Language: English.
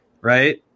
right